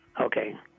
Okay